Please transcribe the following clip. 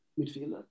midfielder